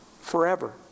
forever